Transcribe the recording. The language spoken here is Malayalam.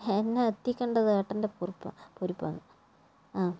എന്നെ എത്തിക്കേണ്ടത് ഏട്ടന്റെ പുറപ്പാ പുരിപ്പാണ് ആ